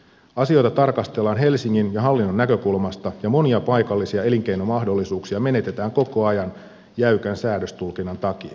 asioita tarkastellaan helsingin ja hallinnon näkökulmasta ja monia paikallisia elinkeinomahdollisuuksia menetetään koko ajan jäykän säädöstulkinnan takia